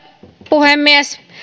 puhemies